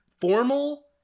formal